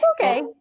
okay